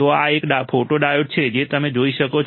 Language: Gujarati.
તો આ એક ફોટોડાયોડ છે જે તમે જોઈ શકો છો